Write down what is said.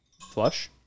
Flush